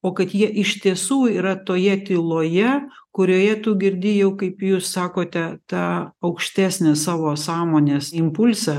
o kad jie iš tiesų yra toje tyloje kurioje tu girdi jau kaip jūs sakote tą aukštesnį savo sąmonės impulsą